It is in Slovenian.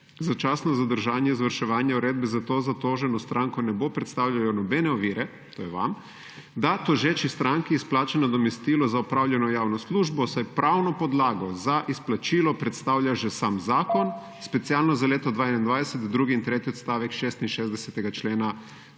začasno zadržanje izvrševanje uredbe, za to zatoženo stranko ne bo predstavljalo nobene ovire – to je vam -, da tožeči stranki izplača nadomestilo za opravljeno javno službo, saj pravno podlago za izplačilo predstavlja že sam zakon specialno za leto 2021 drugi in tretji odstavek 66. člena